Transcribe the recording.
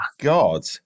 god